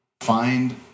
find